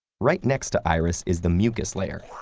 right next to iris is the mucus layer,